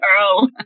girl